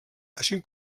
així